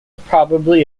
probably